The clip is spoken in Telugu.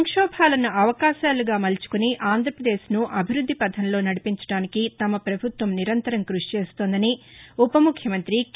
సంక్షోభాలను అవకాశాలుగా మలచుకొని ఆంధ్రప్రదేశ్ను అభివృద్ది పథంలో నడిపించడానికి తమ ప్రభుత్వం నిరంతరం కృషి చేస్తోందని ఉప ముఖ్యమంతి కె